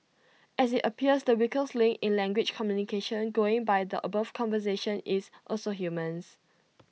and IT appears the weakest link in language communication going by the above conversation is also humans